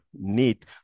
need